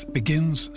begins